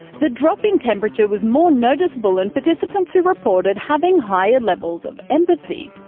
the drop in temperature was more noticeable in participants who reported having higher levels of empathy,